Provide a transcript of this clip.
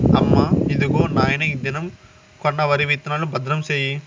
అమ్మా, ఇదిగో నాయన ఈ దినం కొన్న వరి విత్తనాలు, భద్రం సేయి